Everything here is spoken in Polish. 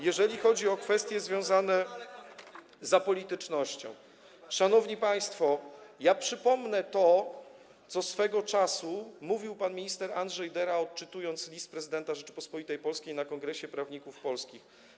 Jeżeli chodzi o kwestie związane z apolitycznością, to, szanowni państwo, przypomnę to, co swego czasu mówił pan minister Andrzej Dera, odczytując list prezydenta Rzeczypospolitej Polskiej na Kongresie Prawników Polskich.